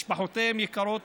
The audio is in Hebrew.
משפחותיהם יקרות,